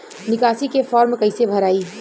निकासी के फार्म कईसे भराई?